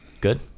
good